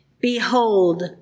Behold